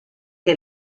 que